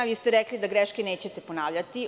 Vi ste rekli da greške nećete ponavljati.